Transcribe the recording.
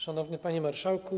Szanowny Panie Marszałku!